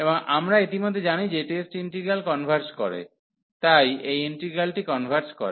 এবং আমরা ইতিমধ্যেই জানি যে টেস্ট ইন্টিগ্রাল কনভারর্জ করে তাই এই ইন্টিগ্রাল্টি কনভার্জ করে